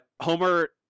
Homer